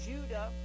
Judah